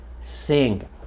sing